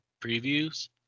previews